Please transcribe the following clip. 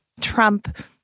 Trump